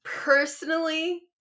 personally